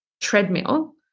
treadmill